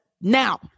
now